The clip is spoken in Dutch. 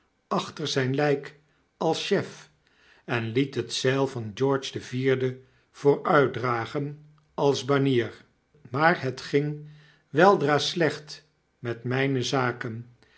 achter zyn iflk als chef en liet het zeil van george den vierden vooruitdragen als banier maar het ging weldra slecht met mijne zaken